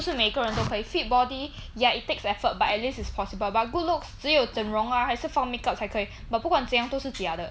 不是每个人都可以 fit body ya it takes effort but at least it's possible but good looks 只有整容 ah 还是 put on make up 才可以 but 不管怎样都是假的